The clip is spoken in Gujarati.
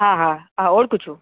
હા હા હા ઓળખું છું